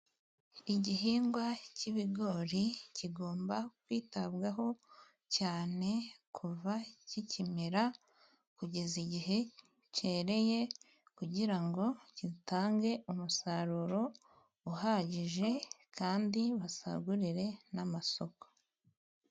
Igihingwa cy'ibigori kigomba kwitabwaho cyane, kuva kikimera kugeza igihe cyereye. Kugira ngo gitange umusaruro uhagije kandi basagurire n'amasoko.